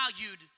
valued